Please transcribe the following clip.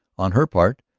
on her part,